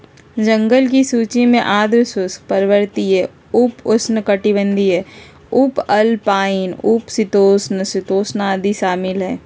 जंगल की सूची में आर्द्र शुष्क, पर्वतीय, उप उष्णकटिबंधीय, उपअल्पाइन, उप शीतोष्ण, शीतोष्ण आदि शामिल हइ